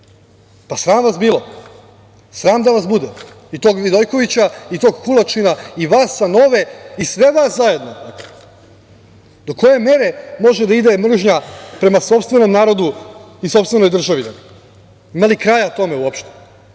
Pa, sram vas bilo! Sram da vas bude i tog Vidojkovića i tog Hulačina i vas sa „Nove“ i sve vas zajedno! Do koje mere može da ide mržnja prema sopstvenom narodu i sopstvenoj državi? Ima li kraja tome uopšte?